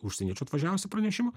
užsieniečių atvažiavusių pranešimų